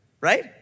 right